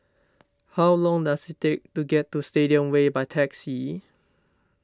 how long does it take to get to Stadium Way by taxi